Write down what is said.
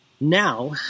now